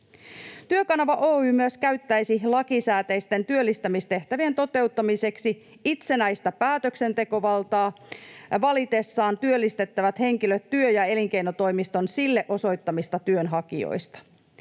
Työkanava Oy myös käyttäisi lakisääteisten työllistämistehtävien toteuttamiseksi itsenäistä päätöksentekovaltaa valitessaan työllistettävät henkilöt työ‑ ja elinkeinotoimiston sille osoittamista työnhakijoista.